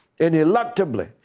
ineluctably